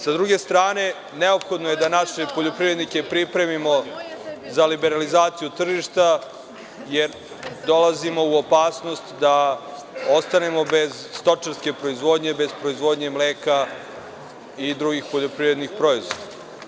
Sa druge strane, neophodno je da naše poljoprivrednike pripremimo za liberalizaciju tržišta, jer dolazimo u opasnost da ostanemo bez stočarske proizvodnje, proizvodnje mleka i drugih poljoprivrednih proizvoda.